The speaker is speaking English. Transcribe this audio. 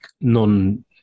non